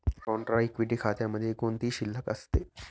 Contra equity खात्यामध्ये कोणती शिल्लक असते?